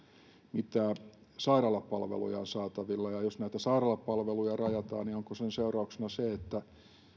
mitä sairaalapalveluja on saatavilla ja jos näitä sairaalapalveluja rajataan niin onko sen seurauksena se että